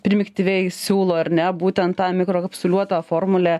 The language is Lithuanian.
primityviai siūlo ar ne būtent tą mikrokapsuliuotą formulę